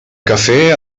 café